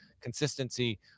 consistency